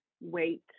weight